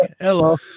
Hello